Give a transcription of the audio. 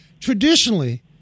traditionally